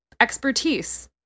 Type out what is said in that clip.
expertise